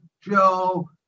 Joe